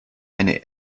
eine